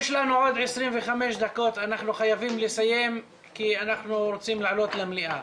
אנחנו חייבים לסיים כי אנחנו רוצים לעלות למליאה.